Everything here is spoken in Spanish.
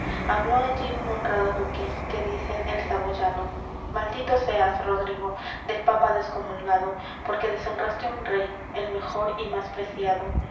habló allí un honrado duque que dicen el saboyano maldito seas rodrigo del papa descomulgado porque deshonraste un rey el mejor y más preciado